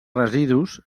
residus